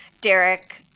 Derek